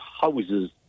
houses